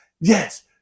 Yes